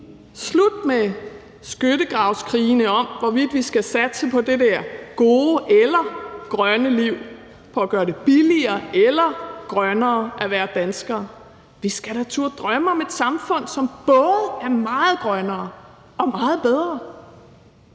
Slut med skyttegravskrigene om, hvorvidt vi skal satse på det gode eller det grønne liv eller på at gøre det billigere eller grønnere at være dansker. Vi skal da turde drømme om et samfund, som både er meget grønnere og er meget bedre.